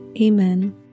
Amen